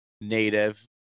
Native